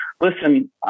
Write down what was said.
listen